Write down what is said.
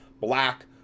black